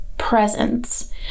presence